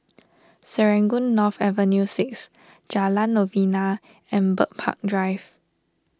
Serangoon North Avenue six Jalan Novena and Bird Park Drive